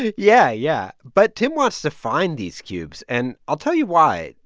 yeah, yeah. but tim wants to find these cubes, and i'll tell you why.